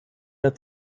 der